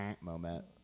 moment